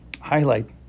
Highlight